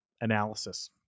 analysis